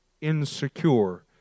insecure